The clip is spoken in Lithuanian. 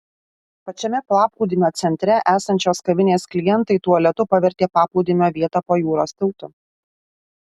pačiame paplūdimio centre esančios kavinės klientai tualetu pavertė paplūdimio vietą po jūros tiltu